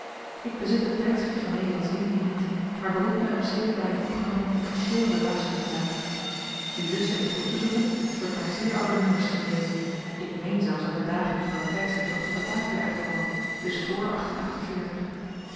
ik bezit het tydschrift van nederl indie niet maar beroep my op zeker daarin opgenomen officieel relaas van de zaak wie lust heeft het optezoeken wordt naar zeer oude nummers verwezen ik meen zelfs uit de dagen toen dat tydschrift nog te batavia uitkwam dus vr